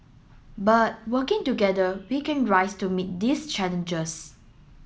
but working together we can rise to meet these challenges